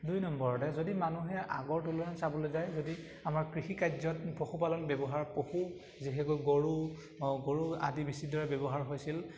দুই নম্বৰতে যদি মানুহে আগৰ তুলনাত চাবলৈ যায় যদি আমাৰ কৃষিকাৰ্যত পশুপালন ব্যৱহাৰ পশু যিহেতুকৈ গৰু গৰু আদি বেছিদৰে ব্যৱহাৰ হৈছিল